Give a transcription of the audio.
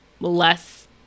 less